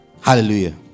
Hallelujah